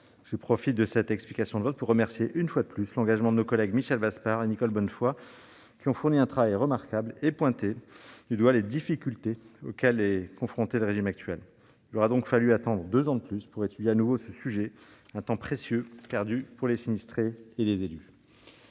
Je profite de cette explication de vote pour remercier une fois de plus de leur engagement nos collègues Michel Vaspart et Nicole Bonnefoy, qui ont fourni un travail remarquable et pointé du doigt les difficultés auxquelles est confronté le régime actuel. Il aura donc fallu attendre deux ans de plus pour étudier à nouveau ce sujet, un temps précieux perdu pour les sinistrés et les élus.